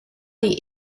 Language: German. die